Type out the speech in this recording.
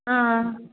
ಹಾಂ